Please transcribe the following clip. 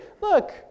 Look